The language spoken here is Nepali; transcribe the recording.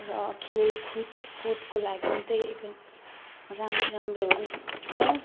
र खेलखुद कुदको लागि पनि त्यही एकदम राम्रो राम्रोहरू छ